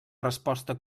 resposta